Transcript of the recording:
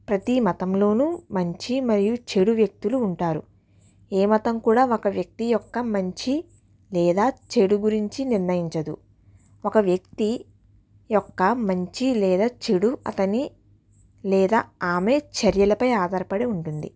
ప్రతీ మతంలోను మంచి మరియు చెడు వ్యక్తులు ఉంటారు ఏ మతం కూడా ఒక వ్యక్తి యొక్క మంచి లేదా చెడు గురించి నిర్ణయించదు ఒక వ్యక్తి యొక్క మంచి లేదా చెడు అతని లేదా ఆమె చర్యలపై ఆధారపడి ఉంటుంది